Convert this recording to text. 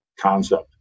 concept